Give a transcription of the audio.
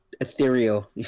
ethereal